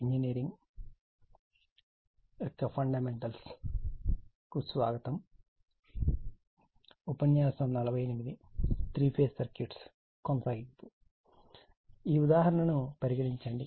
ఈ ఉదాహరణను పరిగణించండి